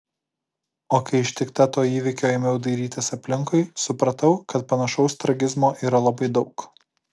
o kai ištikta to įvykio ėmiau dairytis aplinkui supratau kad panašaus tragizmo yra labai daug